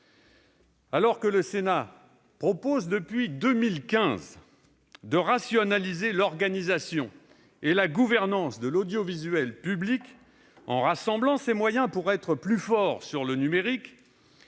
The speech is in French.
Alors que le Sénat propose, depuis 2015, de rationaliser l'organisation et la gouvernance de l'audiovisuel public en rassemblant ses moyens pour être plus fort sur le numérique,